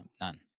None